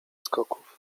skoków